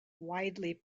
widely